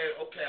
okay